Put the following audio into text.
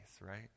right